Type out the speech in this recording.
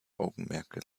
augenmerk